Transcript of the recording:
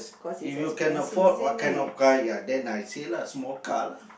if you can afford what kind of car ya then I say lah small car lah